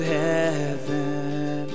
heaven